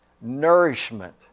Nourishment